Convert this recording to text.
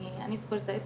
אני ספורטאית